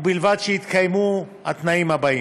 ובלבד שיתקיימו התנאים הבאים: